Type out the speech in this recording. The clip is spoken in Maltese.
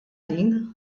din